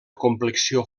complexió